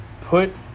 Put